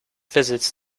visits